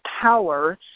power